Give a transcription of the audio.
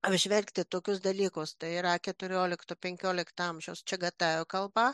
apžvelgti tokius dalykus tai yra keturiolikto penkiolikto amžiaus čiagatajų kalba